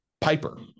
Piper